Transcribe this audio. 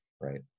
right